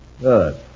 Good